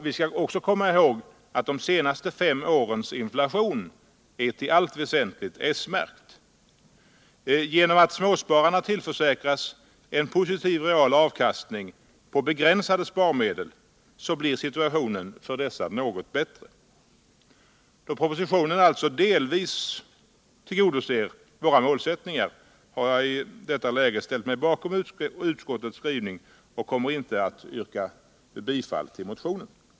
Vi skall också komma ihåg att de senaste fem årens inflation till allt väsentligt är märkt. Då propositionen delvis tillgodoser våra målsättningar har jag i detta läge ställt mig bakom utskottets skrivning och kommer inte att yrka bifall till motionen.